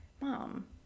Mom